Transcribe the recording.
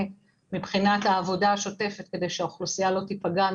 מבחינת העבודה השוטפת כדי שהאוכלוסייה לא תיפגע,